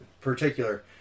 particular